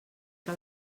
que